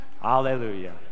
Hallelujah